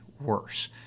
worse